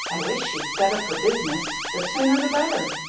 i wish she'd set up her business the sooner the better.